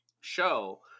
show